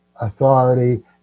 authority